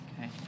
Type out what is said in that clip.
Okay